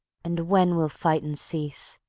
and when will fightin' cease,